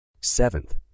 Seventh